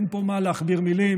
אין פה מה להכביר מילים.